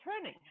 turning